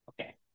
okay